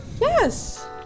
yes